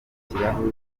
ikirahuri